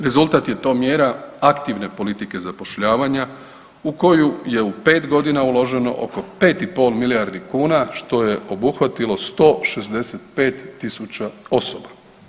Rezultat je to mjera aktivne politike zapošljavanja u koju je u 5 godina uloženo oko 5,5 milijardi kuna što je obuhvatilo 165.000 osoba.